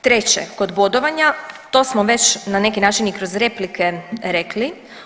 Treće kod bodovanja, to smo već na neki način i kroz replike rekli.